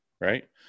right